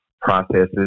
processes